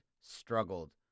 struggled